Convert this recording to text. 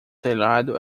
telhado